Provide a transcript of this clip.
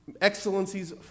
excellencies